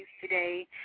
today